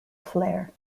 flare